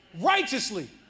righteously